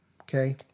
okay